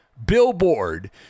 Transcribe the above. Billboard